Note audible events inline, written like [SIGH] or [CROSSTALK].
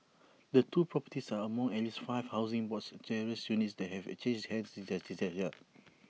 the two properties are among at least five Housing Board terraced units that have changed hands [UNINTELLIGIBLE] this year